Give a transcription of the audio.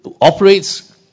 operates